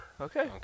okay